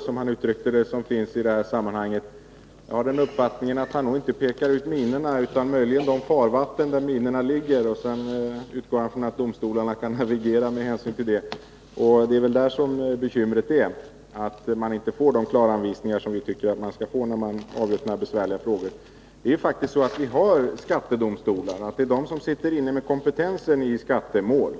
som Hans Pettersson uttryckte det — pekar på de minor som finns. Jag har uppfattningen att departementschefen nog inte pekar ut minorna, utan möjligen de farvatten där de ligger, och sedan utgår han från att domstolarna kan navigera med hjälp av det. Det är väl detta problemet handlar om, dvs. att man inte får de klara anvisningar som vi tycker att man skall ha när man avgör sådana besvärliga frågor. Vi har ju skattedomstolarna. De sitter inne med kompetensen i skattemål.